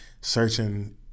searching